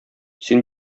син